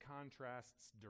contrasts